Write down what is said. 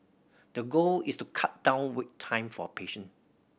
the goal is to cut down wait time for patient